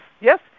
yes